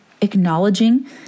acknowledging